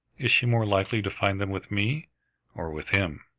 is she more likely to find them with me or with him?